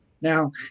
Now